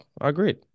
agreed